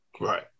Right